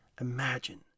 Imagine